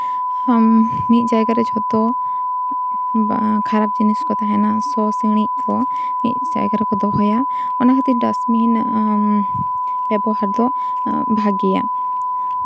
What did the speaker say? ᱟᱢ ᱢᱤᱫ ᱡᱟᱭᱜᱟ ᱨᱮ ᱡᱷᱚᱛᱚ ᱠᱷᱟᱨᱟᱯ ᱡᱤᱱᱤᱥ ᱠᱚ ᱛᱟᱦᱮᱱᱟ ᱥᱚ ᱥᱤᱲᱤᱡ ᱠᱚ ᱢᱤᱫ ᱡᱟᱭᱜᱟ ᱨᱮᱠᱚ ᱫᱚᱦᱚᱭᱟ ᱚᱱᱟ ᱠᱷᱟᱹᱛᱤᱨ ᱰᱟᱥᱴᱵᱤᱱ ᱵᱮᱵᱚᱦᱟᱨ ᱫᱚ ᱵᱷᱟᱜᱮᱭᱟ